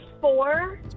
four